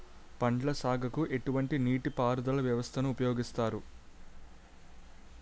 పండ్ల సాగుకు ఎటువంటి నీటి పారుదల వ్యవస్థను ఉపయోగిస్తారు?